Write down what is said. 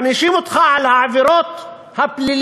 מענישים אותך על העבירות הפליליות.